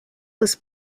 was